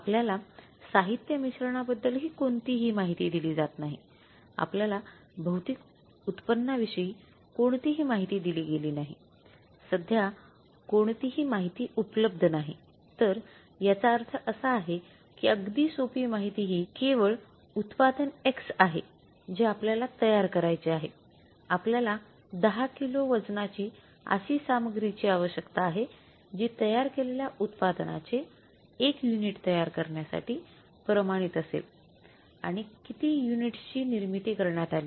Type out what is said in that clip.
आपल्याला साहित्य मिश्रणाबद्दल आहे जे आपल्याला तयार करायचे आहे आपल्याला १० किलो वजनाची अशी सामग्रीची आवश्यक आहे जी तयार केलेल्या उत्पादनाचे १ युनिट तयार करण्यासाठी प्रमाणित असेल आणि किती युनिट्स ची निर्मिती करण्यात आली